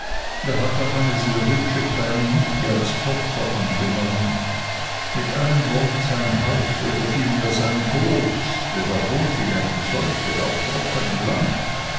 er hat auch eine sehr hübsche kleine nichte als tochter angenommen mit einem wort sein haus oder vielmehr sein boot denn er wohnt in einem solchen auf trocknem land